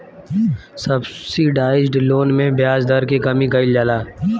subsidised loan में ब्याज दर के कमी कइल जाला